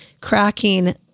cracking